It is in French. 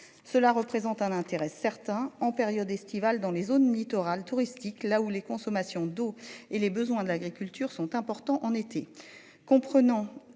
Cela représente un intérêt certain, en période estivale dans les zones littorales touristiques là où les consommations d'eau et les besoins de l'agriculture sont importants on été.